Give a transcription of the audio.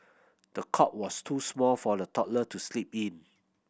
the cot was too small for the toddler to sleep in